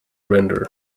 render